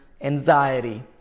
anxiety